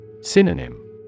Synonym